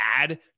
bad